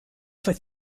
for